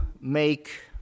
make